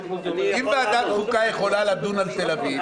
אם ועדת החוקה יכולה לדון על תל אביב,